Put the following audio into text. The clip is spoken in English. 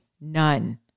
none